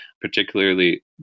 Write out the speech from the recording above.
particularly